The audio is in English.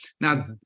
Now